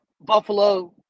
Buffalo